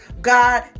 God